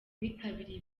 bitabiriye